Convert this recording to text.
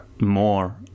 more